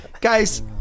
Guys